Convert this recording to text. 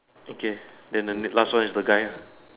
okay then the last one is the guy ah